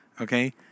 Okay